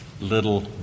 little